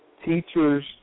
teachers